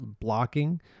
blocking